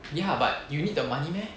ya but you need the money meh